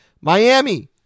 Miami